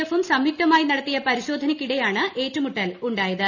എഫും സംയുക്തമായി നടത്തിയ പരിശോധനയ്ക്കിടെയാണ് ഏറ്റുമുട്ടൽ ഉണ്ടായത്